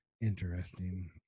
interesting